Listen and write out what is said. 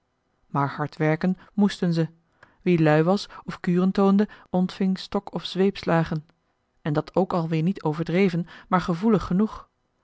maar hard werken moesten ze wie lui was of kuren toonde ontving stok of zweepslagen en dat ook al weer niet overdreven maar gevoelig genoeg